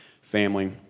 family